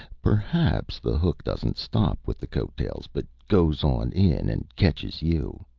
perhaps the hook doesn't stop with the coat-tails, but goes on in, and catches you.